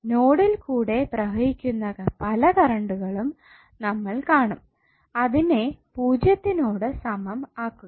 നോഡിൽ കൂടെ പ്രവഹിക്കുന്ന പല കറണ്ടുകളും നമ്മൾ കാണും അതിനെ പൂജ്യത്തിനോട് സമം ആക്കുക